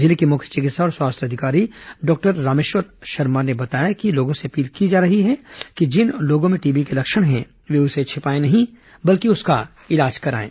जिले के मुख्य चिकित्सा और स्वास्थ्य अधिकारी डॉक्टर रामेश्वर शर्मा ने बताया कि लोगों से अपील की जा रही है कि जिन लोगों में टीबी के लक्षण हैं वे उसे छिपाए नहीं बल्कि उसका इलाज कराएं